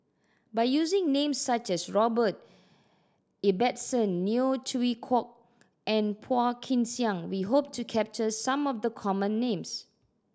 by using names such as Robert Ibbetson Neo Chwee Kok and Phua Kin Siang we hope to capture some of the common names